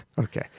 Okay